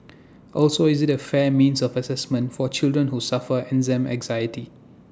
also is IT A fair means of Assessment for children who suffer exam anxiety